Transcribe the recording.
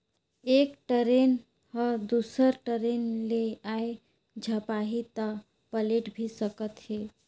एक टरेन ह दुसर टरेन ले जाये झपाही त पलेट भी सकत हे